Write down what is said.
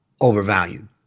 overvalued